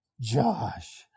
Josh